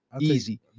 Easy